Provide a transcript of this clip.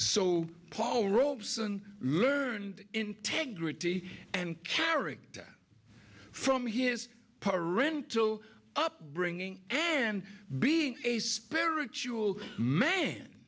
so paul robeson learned integrity and character from his parental upbringing and being a spiritual man